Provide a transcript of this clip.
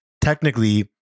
technically